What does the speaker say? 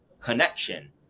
connection